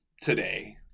today